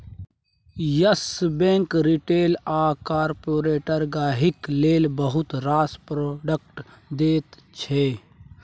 yes Bank retail आ corporate गांहिकी लेल बहुत रास प्रोडक्ट दैत छै